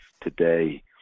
today